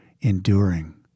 enduring